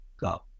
Go